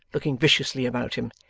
looking viciously about him,